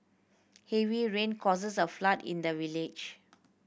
heavy rain causes a flood in the village